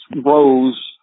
rose